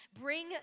Bring